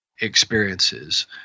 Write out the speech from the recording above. experiences